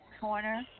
corner